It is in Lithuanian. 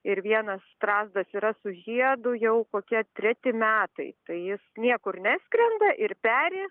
ir vienas strazdas yra su žiedu jau kokia treti metai tai jis niekur neskrenda ir peri